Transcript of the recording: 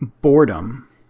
boredom